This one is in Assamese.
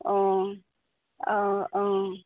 অঁ অঁ অঁ